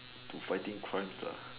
to fighting crimes lah